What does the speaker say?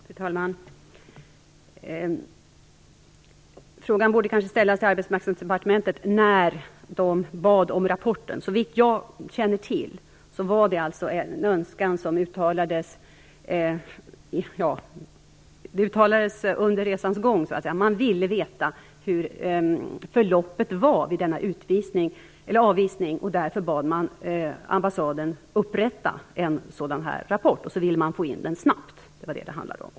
Fru talman! Frågan borde kanske ställas till Arbetsmarknadsdepartementet som bad om rapporten. Såvitt jag känner till var det en önskan som uttalades under resans gång. Man ville veta förloppet vid denna avvisning. Därför bad man ambassaden upprätta en sådan här rapport. Dessutom ville man få in den snabbt. Det var vad det handlade om.